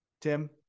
Tim